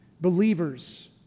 Believers